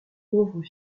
pauvres